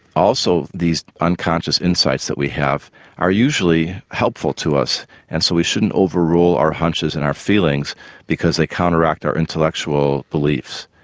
also these unconscious insights that we have are usually helpful to us and so we shouldn't overrule our hunches and our feelings because they counteract our intellectual beliefs.